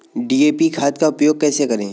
DAP खाद का उपयोग कैसे करें?